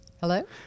Hello